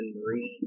marine